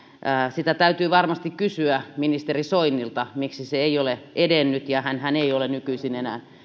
sitä täytyy varmasti kysyä ministeri soinilta miksi se ei ole edennyt ja hänhän ei ole nykyisin enää